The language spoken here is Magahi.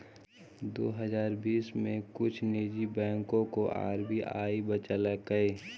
दो हजार बीस में कुछ निजी बैंकों को आर.बी.आई बचलकइ